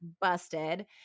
Busted